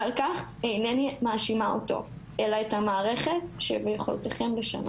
ועל כך אינני מאשימה אותי אלא את המערכת שביכולתכם לשנות.